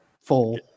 Full